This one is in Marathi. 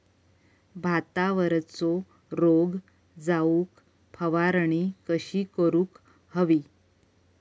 भातावरचो रोग जाऊक फवारणी कशी करूक हवी?